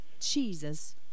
Jesus